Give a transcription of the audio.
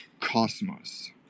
cosmos